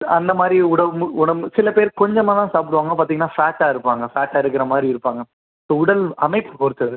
அந்த மாதிரி உடம்பு உடம்பு சில பேர் கொஞ்சமாக தான் சாப்பிடுவாங்க பார்த்தீங்கனா ஃபேட்டாக இருப்பாங்க ஃபேட்டாக இருக்கிற மாதிரி இருப்பாங்க ஸோ உடல் அமைப்பு பொருத்தது